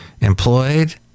employed